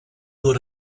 nur